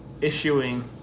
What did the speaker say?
issuing